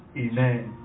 Amen